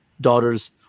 daughters